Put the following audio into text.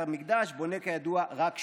את המקדש בונה כידוע רק שלמה,